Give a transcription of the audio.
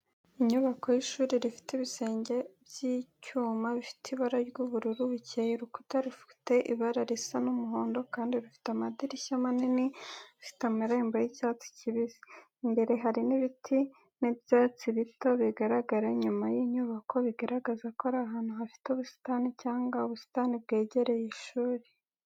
Inyubako y’ishuri rifite ibisenge by’icyuma bifite ibara ry’ubururu bukeye. Urukuta rufite ibara risa n’umuhondo, kandi rufite amadirishya manini afite amarembo y’icyatsi kibisi. Imbere hari ibiti n’ibyatsi bito bigaragara inyuma y’inyubako, bigaragaza ko iri ahantu hafite ubusitani cyangwa ubusitani bwegereye ishuri.